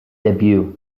debut